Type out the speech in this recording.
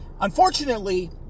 unfortunately